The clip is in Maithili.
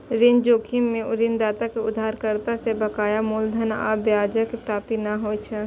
ऋण जोखिम मे ऋणदाता कें उधारकर्ता सं बकाया मूलधन आ ब्याजक प्राप्ति नै होइ छै